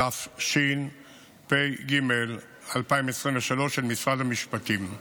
התשפ"ג 2023, של משרד המשפטים.